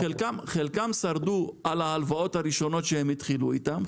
חלקם שרדו על ההלוואות הראשונות שהם התחילו איתם,